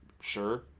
Sure